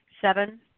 Seven